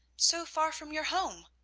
so far from your home?